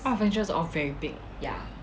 cause furniture is all very big